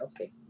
okay